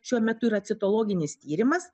šiuo metu yra citologinis tyrimas